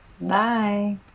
Bye